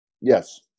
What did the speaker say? Yes